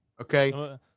Okay